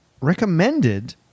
recommended